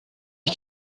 ich